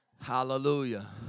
Hallelujah